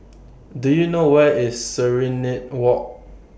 Do YOU know Where IS Serenade Walk